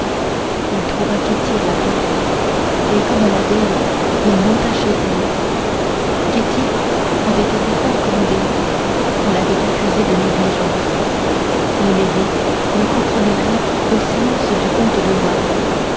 il trouva ketty à la porte et comme la veille il monta chez elle pour avoir des nouvelles ketty avait été fort grondée on l'avait accusée de négligence milady ne comprenait rien au silence du comte de